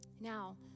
Now